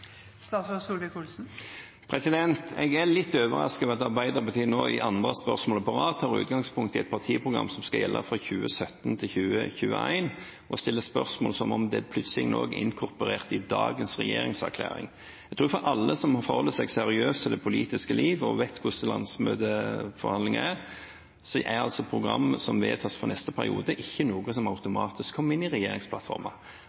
Jeg er litt overrasket over at Arbeiderpartiet i sitt andre spørsmål på rad tar utgangspunkt i et partiprogram som skal gjelde fra 2017 til 2021, og stiller spørsmål som om det plutselig er inkorporert i dagens regjeringserklæring. Jeg tror at for alle som forholder seg seriøst til det politiske livet og vet hvordan landsmøteforhandlinger er, er programmet som vedtas for neste periode, ikke noe som